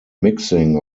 mixing